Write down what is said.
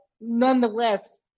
Nonetheless